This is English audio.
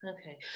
Okay